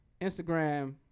Instagram